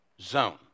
zone